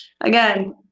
again